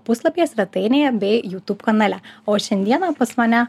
puslapyje svetainėje bei jūtūb kanale o šiandieną pas mane